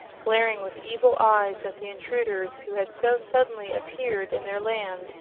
glaring with evil eyes at the intruders who had so suddenly appeared in their land.